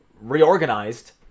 reorganized